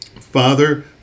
Father